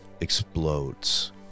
explodes